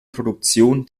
produktion